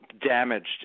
damaged